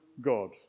God